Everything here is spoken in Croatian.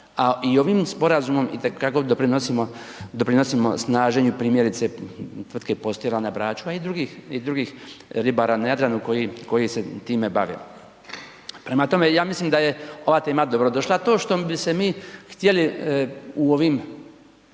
doprinosimo, doprinosimo snaženju primjerice tvrtke Postira na Braču, a i drugih i drugih ribara na Jadranu koji se time bave. Prema tome, ja mislim da je ova tema dobrodošla, a to što bi se mi htjeli u ovim